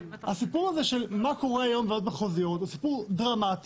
הסיפור הזה של מה קורה היום בוועדות המחוזיות הוא סיפור דרמטי